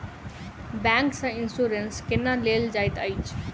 bank सँ insurance केना लेल जाइत अछि